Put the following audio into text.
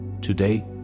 Today